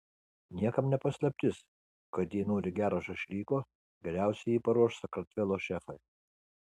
niekam ne paslaptis kad jei nori gero šašlyko geriausiai jį paruoš sakartvelo šefai